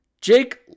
Jake